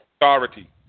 authority